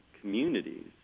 communities